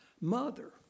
mother